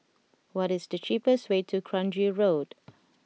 what is the cheapest way to Kranji Road